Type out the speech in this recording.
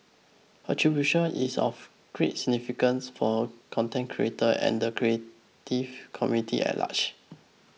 attribution is of great significance for a content creator and the creative community at large